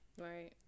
right